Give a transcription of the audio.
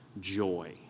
joy